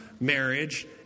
Marriage